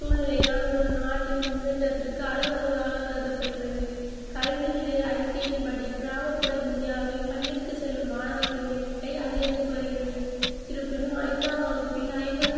சூழ்நிலை தான் ஒரு நாட்டின் முன்னேற்றத்திற்கு அளவு கோலாக கருதப்படுகிறது கல்வி நிலை அறிக்கையின்படி கிராமப்புற இந்தியாவில் பள்ளிக்கு செல்லும் மாணவர்களின் எண்ணிக்கை அதிகரித்து வருகிறது இருப்பினும் ஐந்தாம் வகுப்பில் ஐம்பது